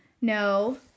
no